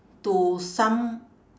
to some